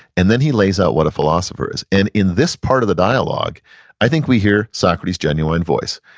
and then he lays out what a philosopher is, and in this part of the dialogue i think we hear socrates' genuine voice.